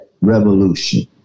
revolution